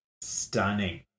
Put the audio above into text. Stunning